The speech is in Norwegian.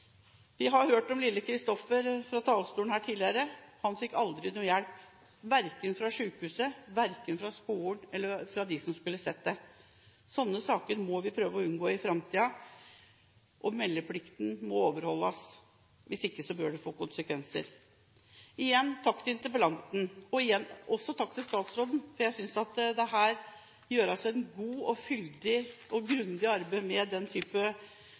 Vi har hørt om lille Christoffer fra talerstolen her tidligere. Han fikk aldri hjelp, verken fra sykehuset, fra skolen eller fra dem som skulle sett mishandlingen. Sånne saker må vi prøve å unngå i framtiden. Meldeplikten må overholdes. Hvis ikke bør det få konsekvenser. Igjen: Takk til interpellanten. Igjen også takk til statsråden, for jeg synes at det gjøres et godt, fyldig og grundig arbeid med